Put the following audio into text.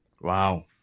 Wow